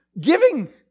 giving